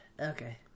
Okay